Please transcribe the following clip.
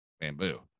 bamboo